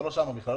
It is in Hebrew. זה לא שלנו בכלל,